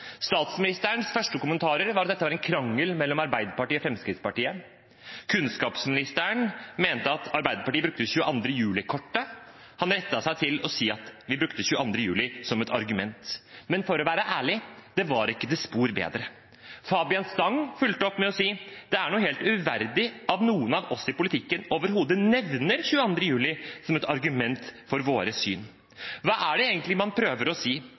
Statsministerens første kommentarer var at dette var en krangel mellom Arbeiderpartiet og Fremskrittspartiet. Kunnskapsministeren mente at Arbeiderpartiet brukte 22. juli-kortet. Han rettet seg til å si at vi brukte 22. juli som et argument, men for å være ærlig: Det var ikke det spor bedre. Fabian Stang fulgte opp med å si: « Det er helt uverdig at noen av oss i politikken overhodet nevner 22. juli, som et argument for vårt eget syn.» Hva er det egentlig man prøver å si?